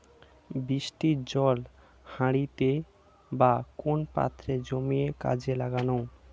বৃষ্টির জল হাঁড়িতে বা কোন পাত্রে জমিয়ে কাজে লাগানো